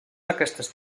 aquestes